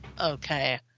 Okay